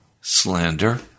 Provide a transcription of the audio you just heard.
slander